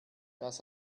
das